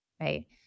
right